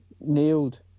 nailed